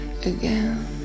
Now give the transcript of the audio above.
again